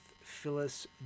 Phyllis